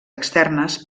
externes